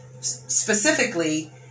specifically